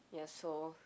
ya so